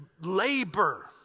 labor